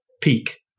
peak